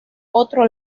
otro